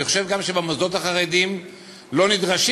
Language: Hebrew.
אני חושב גם שבמוסדות החרדיים לא נדרשים